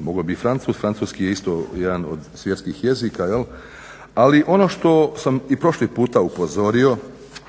moglo bi i francuski, francuski je isto jedan od svjetskih jezika. Ali ono što sam i prošli puta upozorio